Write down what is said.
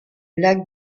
lac